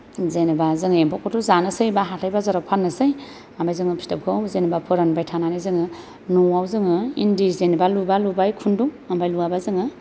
जेनेबा जोङो एम्फौखौथ' जानोसै बा हाथाय बाजाराव फाननोसै ओमफ्राय जोङो फिथोबखौ जेनेबा फोरानबाय थानानै जोङो न'आव जोङो इन्दि जेनेबा लुबा लुबाय खुन्दुं ओमफाय लुवाबा जोङो